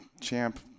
champ